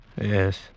Yes